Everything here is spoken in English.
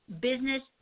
business